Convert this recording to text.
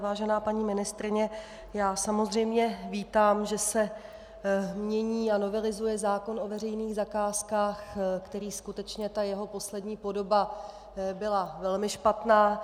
Vážená paní ministryně, samozřejmě vítám, že se mění a novelizuje zákon o veřejných zakázkách, kde skutečně jeho poslední podoba byla velmi špatná.